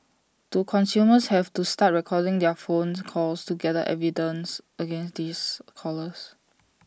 do consumers have to start recording their phone calls to gather evidence against these callers